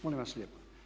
Molim vas lijepo!